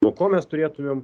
nuo ko mes turėtumėm